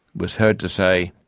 was heard to say,